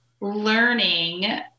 learning